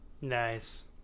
Nice